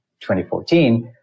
2014